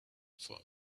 for